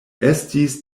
estis